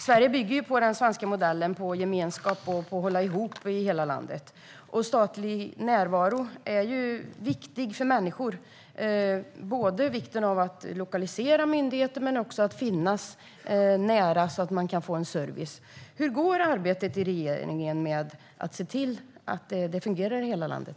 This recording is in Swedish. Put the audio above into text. Sverige bygger på den svenska modellen, på gemenskap och på att hålla ihop i hela landet. Statlig närvaro är viktig för människor. Det handlar om både vikten av att lokalisera myndigheter men också att finnas nära, så att man kan få service. Hur går arbetet i regeringen med att se till att det fungerar i hela landet?